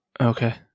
Okay